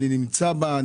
אני נמצא בה,